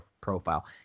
profile